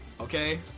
Okay